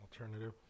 alternative